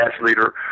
leader